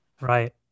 right